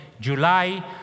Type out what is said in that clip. July